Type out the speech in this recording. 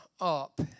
up